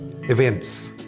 events